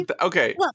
Okay